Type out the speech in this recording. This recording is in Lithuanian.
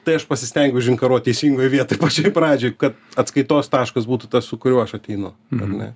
tai aš pasistengiu užinkaruot teisingoj vietoj pačioj pradžioj kad atskaitos taškas būtų tas su kuriuo aš ateinu ar ne